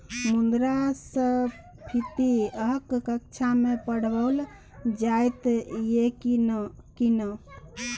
मुद्रास्फीति अहाँक कक्षामे पढ़ाओल जाइत यै की नै?